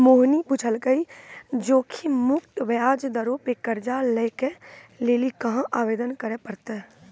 मोहिनी पुछलकै जोखिम मुक्त ब्याज दरो पे कर्जा लै के लेली कहाँ आवेदन करे पड़तै?